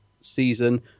season